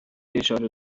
اشاره